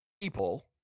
people